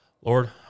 Lord